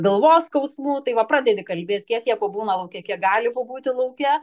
galvos skausmų tai va pradedi kalbėt kiek jie būna lauke kiek gali pabūti lauke